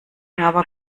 aber